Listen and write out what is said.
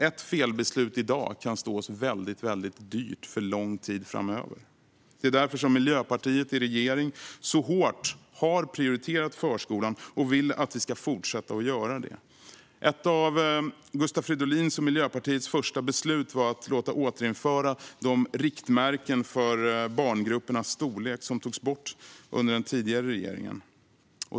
Ett felbeslut i dag kan stå oss väldigt dyrt under lång tid framöver. Det är därför som Miljöpartiet i regering så hårt har prioriterat förskolan och vill att vi ska fortsätta göra det. Ett av Gustav Fridolins och Miljöpartiets första beslut var att återinföra de riktmärken för barngruppers storlek som togs bort under den tidigare regeringen.